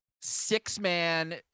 six-man